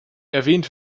erwähnt